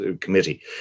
committee